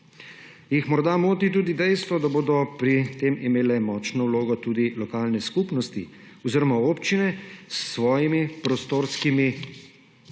Jih morda moti tudi dejstvo, da bodo pri tem imele močno vloge tudi lokalne skupnosti oziroma občine s svojim prostorskim